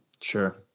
Sure